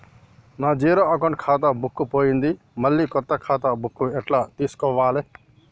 నా zero account ఖాతా book పోయింది మళ్ళా కొత్త ఖాతా బుక్కు ఎట్ల తీసుకోవాలే?